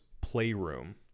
Playroom